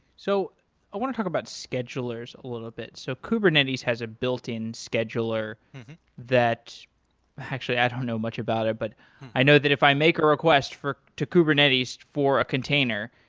so i want to talk about schedulers a little bit. so kubernetes has a built-in scheduler that actually, i don't know much about it, but i know that if i make a request to kubernetes for a container,